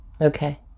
Okay